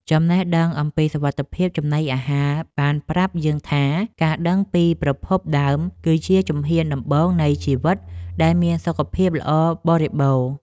ចំណេះដឹងអំពីសុវត្ថិភាពចំណីអាហារបានប្រាប់យើងថា ការដឹងពីប្រភពដើមគឺជាជំហានដំបូងនៃជីវិតដែលមានសុខភាពល្អបរិបូរណ៍។